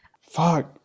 fuck